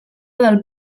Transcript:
del